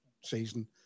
season